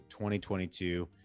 2022